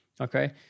okay